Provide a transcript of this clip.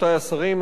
רבותי השרים,